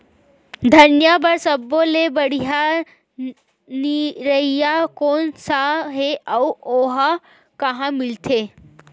धनिया बर सब्बो ले बढ़िया निरैया कोन सा हे आऊ ओहा कहां मिलथे?